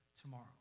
tomorrow